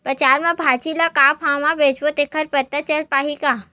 बजार में भाजी ल का भाव से बेचबो तेखर बारे में पता चल पाही का?